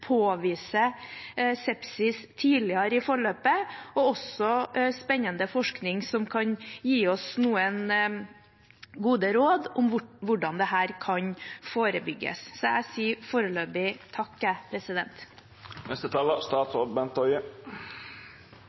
påvise sepsis tidligere i forløpet, og spennende forskning som kan gi oss noen gode råd om hvordan dette kan forebygges. Jeg sier foreløpig takk. Jeg